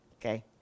Okay